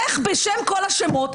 איך בשם כל השמות,